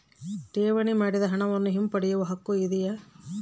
ಠೇವಣಿ ಮಾಡಿದ ಹಣವನ್ನು ಹಿಂಪಡೆಯವ ಹಕ್ಕು ಇದೆಯಾ?